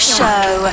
Show